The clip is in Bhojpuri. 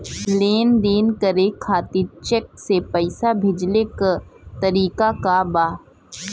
लेन देन करे खातिर चेंक से पैसा भेजेले क तरीकाका बा?